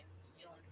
stealing